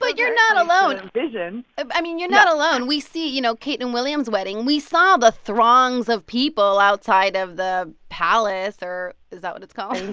like you're not alone. i mean, you're not alone. we see, you know, kate and william's wedding. we saw the throngs of people outside of the palace. or is that what it's called?